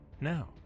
Now